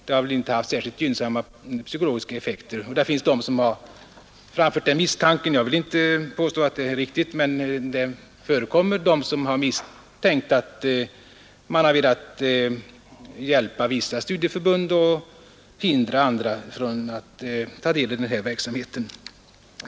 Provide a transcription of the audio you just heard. Det har inte haft särskilt gynnsamma psykologiska effekter. Det finns de som har framfört den misstanken — jag vill inte påstå att den är riktig — att man har velat hjälpa vissa studieförbund och hindra andra från att ta del i denna verksamhet.